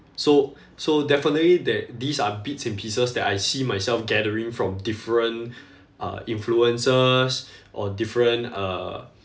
so so definitely that these are bits and pieces that I see myself gathering from different uh influencers or different uh